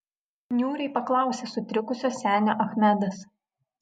niūriai paklausė sutrikusio senio achmedas